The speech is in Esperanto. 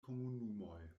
komunumoj